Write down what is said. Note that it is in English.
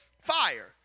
fire